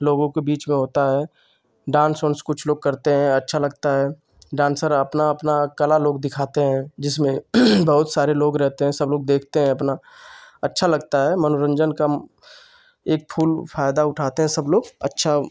लोगों के बीच में होता है डान्स उन्स कुछ लोग करते हैं अच्छा लगता है डान्सर अपनी अपनी कला लोग दिखाते हैं जिसमें बहुत सारे लोग रहते हैं सबलोग देखते हैं अपना अच्छा लगता है मनोरंजन का एक फुल फ़ायदा उठाते हैं सबलोग अच्छा